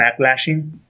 backlashing